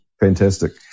Fantastic